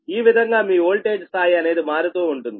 ఈ విధంగా మీ వోల్టేజ్ స్థాయి అనేది మారుతూ ఉంటుంది